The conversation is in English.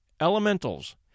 elementals